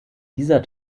dieser